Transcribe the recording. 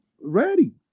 ready